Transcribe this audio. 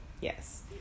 Yes